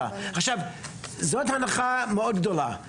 זאת הנחה מאוד גדולה.